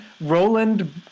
Roland